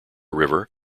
river